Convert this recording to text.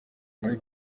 muri